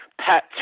Pat